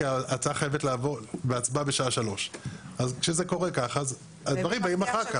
כי ההצעה חייבת לעבור בהצבעה בשעה 15:00. אז כשזה קורה ככה אז הדברים באים אחר כך.